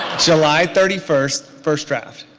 july thirty first first draft.